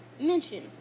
Mention